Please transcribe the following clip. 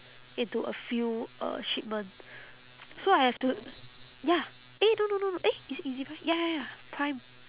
into a few uh shipment so I have to ya eh no no no no eh is it ezbuy ya ya ya prime